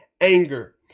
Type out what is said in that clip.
anger